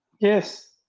Yes